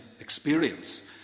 experience